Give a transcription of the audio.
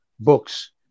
books